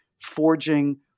forging